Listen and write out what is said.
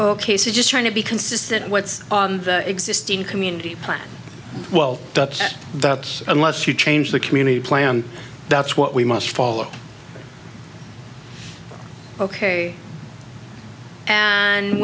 ok so just trying to be consistent what's the existing community plan well that's unless you change the community plan that's what we must follow ok and